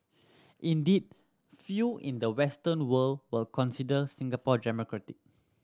indeed few in the Western world will consider Singapore